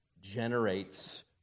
generates